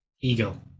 ego